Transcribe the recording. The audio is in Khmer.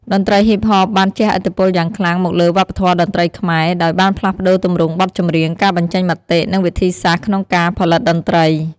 តន្រ្តីហ៊ីបហបបានជះឥទ្ធិពលយ៉ាងខ្លាំងមកលើវប្បធម៌តន្ត្រីខ្មែរ ដោយបានផ្លាស់ប្ដូរទម្រង់បទចម្រៀង ការបញ្ចេញមតិ និងវិធីសាស្រ្តក្នុងការផលិតតន្ត្រី។